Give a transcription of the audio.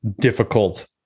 difficult